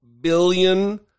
billion